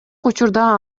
учурда